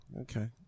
okay